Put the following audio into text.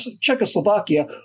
Czechoslovakia